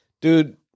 Dude